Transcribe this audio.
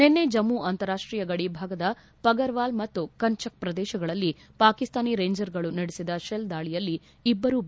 ನಿನ್ನೆ ಜಮ್ಮ ಅಂತರಾಷ್ಟೀಯ ಗಡಿ ಭಾಗದ ಪರಗ್ವಾಲ್ ಮತ್ತು ಕನಚಕ್ ಪ್ರದೇಶಗಳಲ್ಲಿ ಪಾಕೀಸ್ವಾನಿ ರೇಂಜರ್ಗ್ಗಳು ನಡೆಸಿದ ಶಲ್ ದಾಳಿಯಲ್ಲಿ ಇಬ್ಬರು ಬಿ